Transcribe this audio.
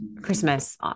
Christmas